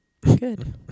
good